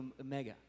Omega